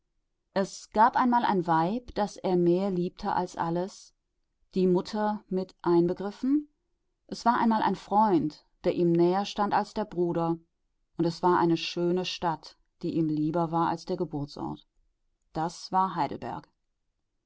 es gab einmal ein weib das er mehr liebte als alles die mutter mit einbegriffen es war einmal ein freund der ihm näher stand als der bruder und es war eine schöne stadt die ihm lieber war als der geburtsort das war